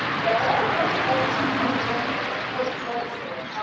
and i want to warn you right now, and i've already warned our poor recordist there.